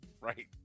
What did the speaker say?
Right